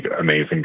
amazing